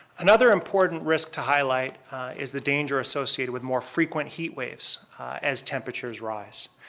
another important risk to highlight is the danger associated with more frequent heat waves as temperatures rise.